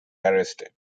arrested